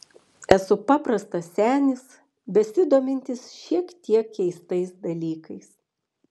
esu paprastas senis besidomintis šiek tiek keistais dalykais